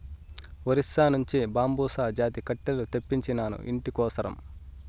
ఒరిస్సా నుంచి బాంబుసా జాతి కట్టెలు తెప్పించినాను, ఇంటి కోసరం